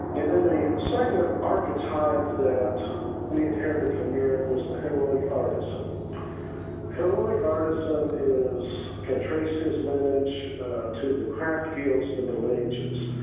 and then the second archetype that we inherited from europe was the heroic artisan heroic artisan is can trace his lineage to the craft skills at the middle age,